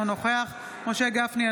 אינו נוכח משה גפני,